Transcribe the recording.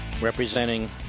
representing